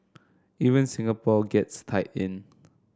even Singapore gets tied in